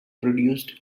produced